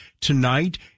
tonight